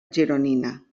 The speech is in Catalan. gironina